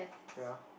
can ah